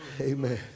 Amen